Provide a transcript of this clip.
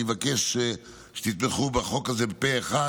אני מבקש שתתמכו בחוק הזה פה אחד.